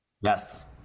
Yes